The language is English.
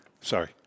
Sorry